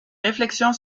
réflexion